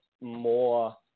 more